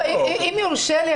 לי,